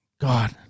God